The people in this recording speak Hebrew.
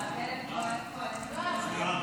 ההצעה להעביר את הצעת חוק הסיוע המשפטי (תיקון,